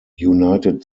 united